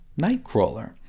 Nightcrawler